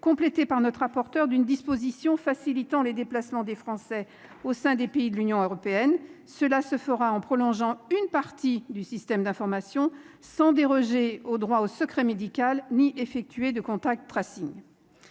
complété par notre rapporteur avec une disposition facilitant les déplacements des Français au sein des pays de l'Union européenne. Cela se fera en prolongeant une partie du système d'information sans déroger au droit au secret médical ni effectuer de. Exactement